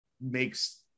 makes